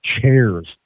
chairs